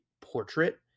portrait